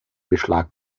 beschlag